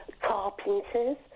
Carpenters